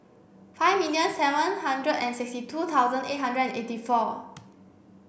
five million seven hundred and sixty two thousand eight hundred and eighty four